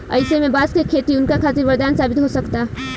अईसे में बांस के खेती उनका खातिर वरदान साबित हो सकता